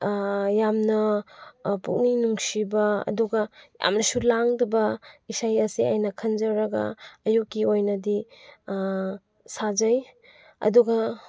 ꯌꯥꯝꯅ ꯄꯨꯛꯅꯤꯡ ꯅꯨꯡꯁꯤꯕ ꯑꯗꯨꯒ ꯌꯥꯝꯅꯁꯨ ꯂꯥꯡꯗꯕ ꯏꯁꯩ ꯑꯁꯦ ꯑꯩꯅ ꯈꯟꯖꯔꯒ ꯑꯌꯨꯛꯀꯤ ꯑꯣꯏꯅꯗꯤ ꯁꯥꯖꯩ ꯑꯗꯨꯒ